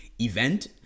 event